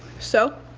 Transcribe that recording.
so,